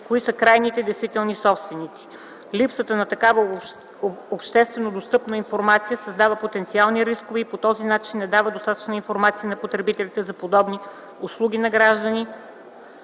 кои са крайните действителни собственици. Липсата на такава обществено достъпна информация създава потенциални рискове и по този начин не дава достатъчна информация на потребителите за подобни услуги на граждани